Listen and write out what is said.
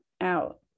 out